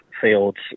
fields